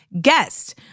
guest